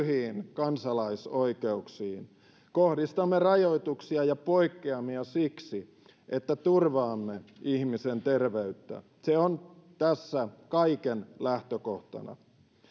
kansalaisoikeuksiin kohdistamme rajoituksia ja poikkeamia siksi että turvaamme ihmisen terveyttä se on tässä kaiken lähtökohtana